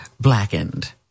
Blackened